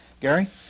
Gary